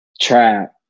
trap